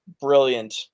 brilliant